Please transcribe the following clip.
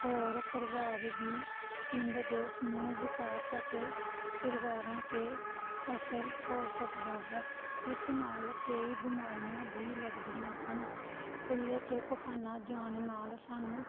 ਹੋਰ ਪ੍ਰਭਾਵ ਵੀ ਪਿੰਡ ਦੇ ਸਮੂਹ ਵਿਕਾਸ ਅਤੇ ਪਰਿਵਾਰਾਂ 'ਤੇ ਅਸਰ ਹੋ ਸਕਦਾ ਹੈ ਇਸ ਨਾਲ ਕਈ ਬਿਮਾਰੀਆਂ ਵੀ ਲੱਗਦੀਆਂ ਹਨ ਖੁੱਲ੍ਹੇ 'ਚ ਪਖਾਨਾ ਜਾਣ ਨਾਲ ਸਾਨੂੰ